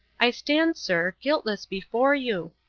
i stand, sir, guiltless before you.